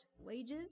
wages